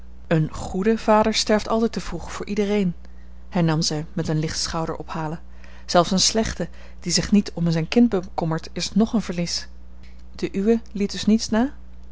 een goede vader sterft altijd te vroeg voor iedereen hernam zij met een licht schouderophalen zelfs een slechte die zich niet om zijn kind bekommert is nog een verlies de uwe liet dus niets na